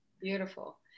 beautiful